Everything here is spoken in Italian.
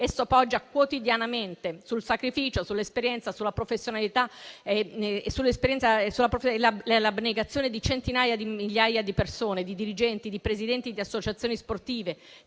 Esso poggia quotidianamente sul sacrificio, sull'esperienza, sulla professionalità e sull'abnegazione di centinaia di migliaia di persone, di dirigenti, di presidenti di associazioni sportive,